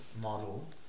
model